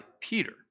Peter